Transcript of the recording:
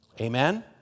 Amen